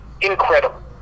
Incredible